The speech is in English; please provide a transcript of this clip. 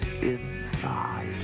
inside